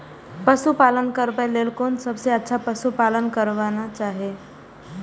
पशु पालन करबाक लेल कोन सबसँ अच्छा पशु पालन करबाक चाही?